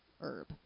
herb